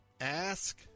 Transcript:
Ask